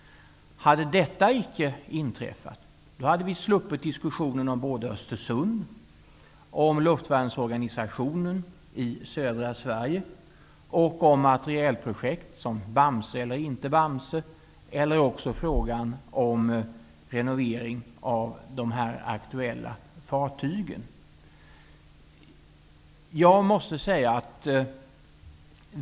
Hade detta icke inträffat hade vi sluppit diskussionen om och frågan om renovering av de här aktuella fartygen.